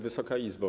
Wysoka Izbo!